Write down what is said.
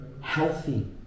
healthy